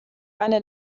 eine